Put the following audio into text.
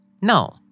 No